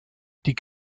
die